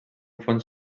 fons